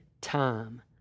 time